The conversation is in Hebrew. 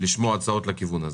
לשמוע הצעות בכיוון הזה.